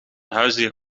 huisdier